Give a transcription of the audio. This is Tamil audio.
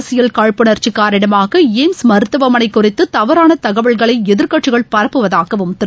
அரசியல் காழ்ப்புணர்ச்சி காரணமாக எய்ம்ஸ் மருத்துவமனை குறித்து தவறான தகவல்களை எதிர்க்கட்சிகள் பரப்புவதாகவும் திரு